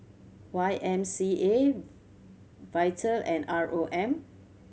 Y M C A Vital and R O M